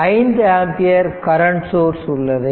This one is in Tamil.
5 ஆம்பியர் கரண்ட் சோர்ஸ் உள்ளது